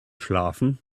schlafen